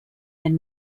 and